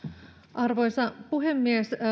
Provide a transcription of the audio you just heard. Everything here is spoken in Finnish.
arvoisa puhemies